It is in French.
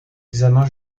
examen